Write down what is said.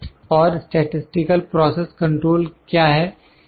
और statistical process control क्या है